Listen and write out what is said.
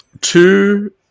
two